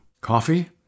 Coffee